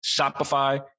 Shopify